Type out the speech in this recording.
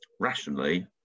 rationally